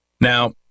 Now